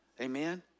Amen